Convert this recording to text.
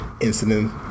incident